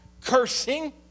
cursing